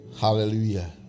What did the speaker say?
Hallelujah